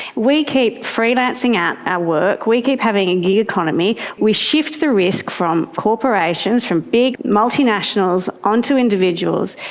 we keep freelancing out our work, we keep having a gig economy, we shift the risk from corporations, from big multinationals onto individuals,